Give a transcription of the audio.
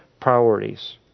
priorities